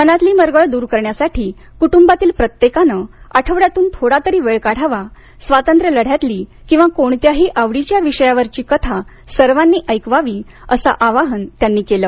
मनातली मरगळ दूर करण्यासाठी कुटुंबातील प्रत्येकानं आठवड्यातून थोडातरी वेळ काढावा स्वातंत्र्य लढ्यातला किंवा कोणत्याही आवडीच्या विषयावरची कथा सर्वांना ऐकवावी असं आवाहन त्यांनी केलं